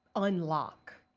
unlock.